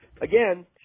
Again